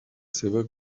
seva